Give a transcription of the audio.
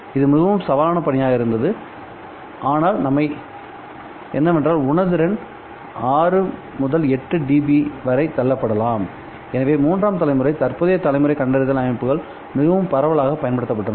இது மிகவும் சவாலான பணியாக இருந்தது ஆனால் நன்மை என்னவென்றால் உணர்திறன் 6 8 dB வரை தள்ளப்படலாம்எனவே மூன்றாம் தலைமுறை தற்போதைய தலைமுறை கண்டறிதல் அமைப்புகள் மிகவும் பரவலாகப் பயன்படுத்தப்பட்டன